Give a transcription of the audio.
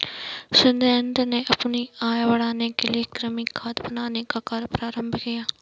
सुरेंद्र ने अपनी आय बढ़ाने के लिए कृमि खाद बनाने का कार्य प्रारंभ किया